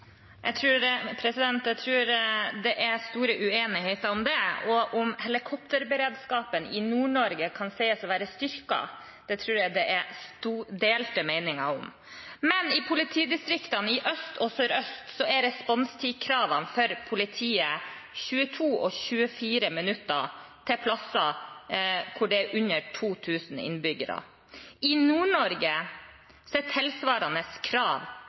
Jeg tror det er stor uenighet om det. Og om helikopterberedskapen i Nord-Norge kan sies å være styrket, tror jeg det er delte meninger om. I politidistriktene Øst og Sør-Øst er responstidskravene for politiet 22 og 24 minutter til steder hvor det er under 2 000 innbyggere. I Nord-Norge er tilsvarende krav